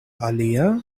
alia